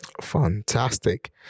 Fantastic